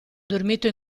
dormito